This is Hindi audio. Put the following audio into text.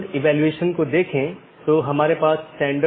इसलिए उनके बीच सही तालमेल होना चाहिए